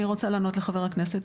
אני רוצה לענות לחבר הכנסת.